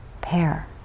pair